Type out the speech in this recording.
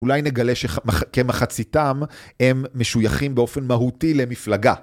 אולי נגלה שכמחציתם הם משוייכים באופן מהותי למפלגה.